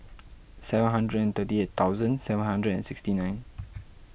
seven hundred and thirty eight thousand seven hundred and sixty nine